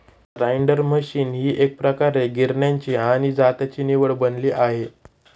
grinder machine ही एकप्रकारे गिरण्यांची आणि जात्याची निवड बनली आहे